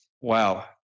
Wow